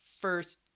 first